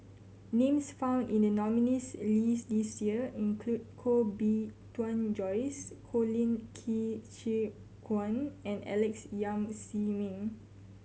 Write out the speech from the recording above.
names found in the nominees' list this year include Koh Bee Tuan Joyce Colin Qi Zhe Quan and Alex Yam Ziming